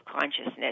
consciousness